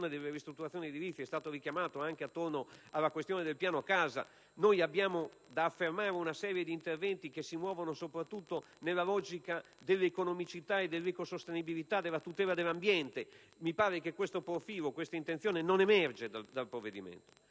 attiene alle ristrutturazioni edilizie e che è stato richiamato anche con riferimento alla questione del piano casa: dobbiamo affermare una serie di interventi che si muovano soprattutto nella logica dell'economicità, dell'ecosostenibilità e della tutela dell'ambiente. Mi pare che questo profilo e questa intenzione non emergano. Così come non